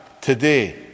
today